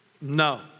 No